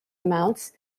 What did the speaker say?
amounts